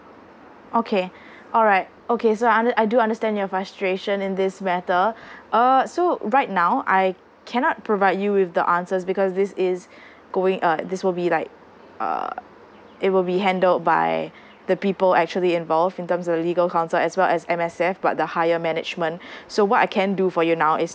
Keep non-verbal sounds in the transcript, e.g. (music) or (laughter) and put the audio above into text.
okay (breath) alright okay so I I do understand your frustration in this matter (breath) err so right now I cannot provide you with the answers because this is (breath) going uh this will be like err it will be handled by (breath) the people actually involved in terms of the legal counsel as well as M_S_F but the higher management (breath) so what I can do for you now is